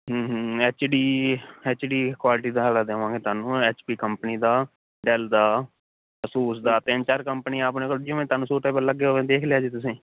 ਹਮ ਹਮ ਹਮ H D H D quality ਆਲਾ ਦੇਵਾਂਗੇ ਤੁਹਾਨੂੰ ਐੱਚਪੀ ਕੰਪਨੀ ਦਾ ਡੈੱਲ ਦਾ ਐਸੂਸ ਦਾ ਤਿੰਨ ਚਾਰ ਕੰਪਨੀਆਂ ਆਪਣੇ ਕੋਲ ਜਿਵੇਂ ਤੁਹਾਨੂੰ ਸੁਟੇਬਲ ਲੱਗੇ ਓਵੇਂ ਦੇਖ ਲਿਆਜੇ ਤੁਸੀਂ